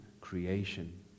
creation